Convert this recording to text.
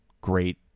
great